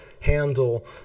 handle